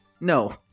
No